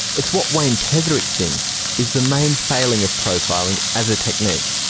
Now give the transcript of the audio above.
it's what wayne petherick thinks is the main failing of profiling as a technique.